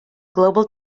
global